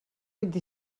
vint